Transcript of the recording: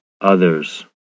OTHERS